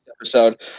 episode